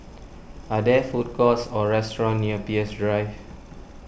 are there food courts or restaurants near Peirce Drive